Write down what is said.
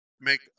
make